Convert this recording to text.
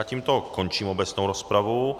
Tímto končím obecnou rozpravu.